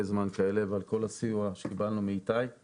זמן כאלה ועל כל הסיוע שקיבלנו מאיתי.